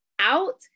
out